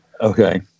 Okay